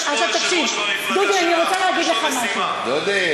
עכשיו, אני רוצה להגיד לך משהו על זה, דודי.